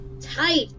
tight